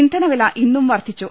ഇന്ധന വില ഇന്നും വർധിച്ചു